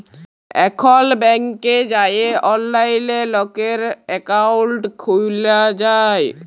এখল ব্যাংকে যাঁয়ে অললাইলে লকের একাউল্ট খ্যুলা যায়